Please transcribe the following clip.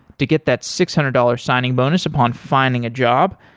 to get that six hundred dollars signing bonus upon finding a job,